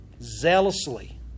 Zealously